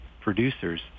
producers